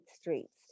streets